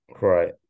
Right